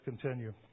continue